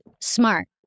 smart